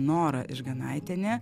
nora išganaitienė